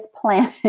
planet